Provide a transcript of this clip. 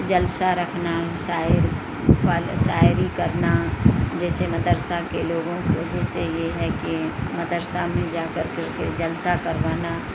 جلسہ رکھنا شاعر والے شاعری کرنا جیسے مدرسہ کے لوگوں کو جیسے یہ ہے کہ مدرسہ میں جا کر کے پھر جلسہ کروانا